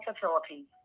Facility